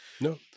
no